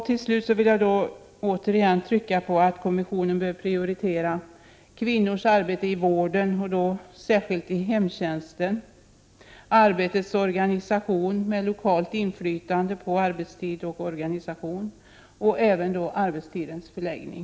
Till slut vill jag återigen trycka på att kommissionen bör prioritera kvinnors arbete i vården — särskilt i hemtjänsten — samt arbetets organisation, med lokalt inflytande på arbetstid och organisation, och även arbetstidens förläggning.